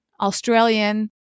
Australian